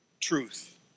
truth